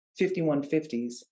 5150s